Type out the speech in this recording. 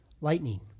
lightning